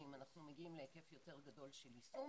אנחנו מגיעים להיקף יותר גדול של יישום.